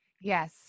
Yes